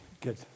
Good